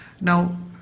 Now